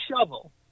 shovel